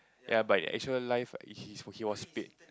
ya but in actual life he he was paid